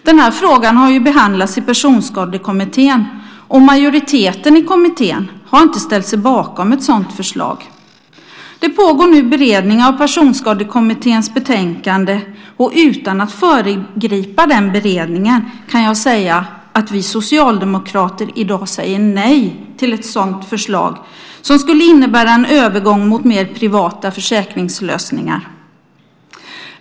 Den frågan har behandlats i Personskadekommittén, och majoriteten i kommittén har inte ställt sig bakom ett sådant förslag. Det pågår nu beredning av Personskadekommitténs betänkande. Utan att föregripa den beredningen kan jag säga att vi socialdemokrater i dag säger nej till ett sådant förslag som skulle innebära en övergång mot mer privata försäkringslösningar.